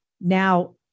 now